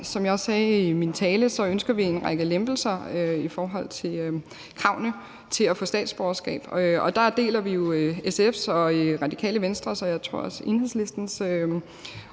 Som jeg også sagde i min tale, ønsker vi en række lempelser i forhold til kravene til at få statsborgerskab. Og der deler vi jo SF's og Radikale Venstres og også Enhedslistens, tror jeg,